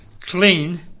clean